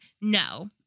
No